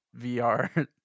vr